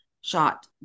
shot